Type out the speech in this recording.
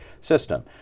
system